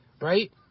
right